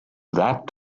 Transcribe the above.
that